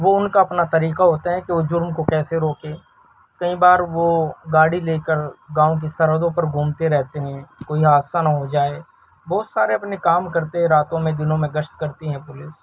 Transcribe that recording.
وہ ان کا اپنا طریقہ ہوتا ہے کہ وہ جرم کو کیسے روکیں کئی بار وہ گاڑی لے کر گاؤں کی سر حدوں پر گھومتے رہتے ہیں کوئی حادثہ نہ ہو جائے بہت سارے اپنے کام کرتے ہیں راتوں میں دنوں میں گشت کرتی ہیں پولس